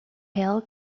hail